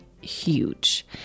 huge